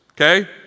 okay